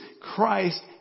Christ